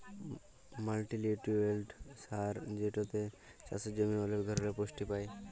multinutrient সার যেটাতে চাসের জমি ওলেক ধরলের পুষ্টি পায়